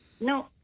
No